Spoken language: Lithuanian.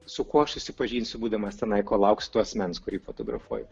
su kuo aš susipažinsiu būdamas tenai kol lauks to asmens kurį fotografuoju